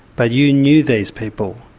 but you knew these people.